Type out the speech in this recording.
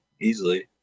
easily